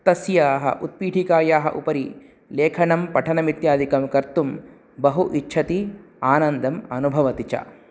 तस्याः उत्पीटिकायाः उपरि लेखनं पठनमित्यादिकं कर्तुं बहु इच्छति आनन्दम् अनुभवति च